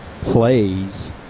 plays